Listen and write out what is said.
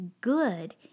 good